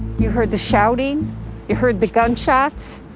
you heard the shouting. you heard the gunshots.